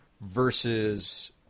versus